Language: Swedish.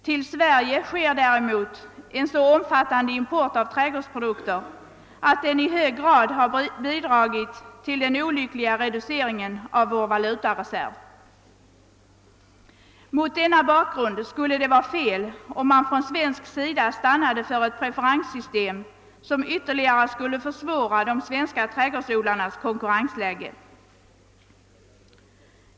Till Sverige sker däremot en så omfattande import av trädgårdsprodukter att den i hög grad har bidragit till den olyckliga reduceringen av vår valutareserv. Mot denna bakgrund skulle det vara felaktigt att från svensk sida acceptera ett preferenssystem, som skulle sätta de svenska trädgårdsodlarna i ett ännu svårare konkurrensläge.